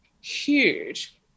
huge